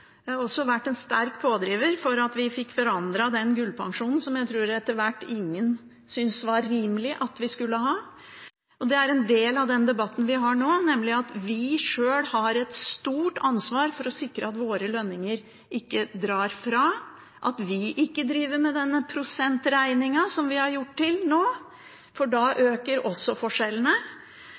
også vært en sterk pådriver for at vi fikk forandret gullpensjonen, som jeg tror ingen etter hvert syntes det var rimelig at vi skulle ha. Dette er en del av den debatten vi har nå, nemlig at vi sjøl har et stort ansvar for å sikre at våre lønninger ikke drar ifra, og at vi ikke driver med den prosentregningen som vi har gjort til nå, for da øker også forskjellene.